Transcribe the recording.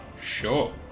Sure